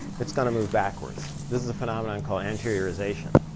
it's going to move backwards. this is a phenomenon called anteriorization.